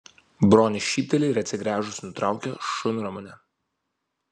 bronė šypteli ir atsigręžus nutraukia šunramunę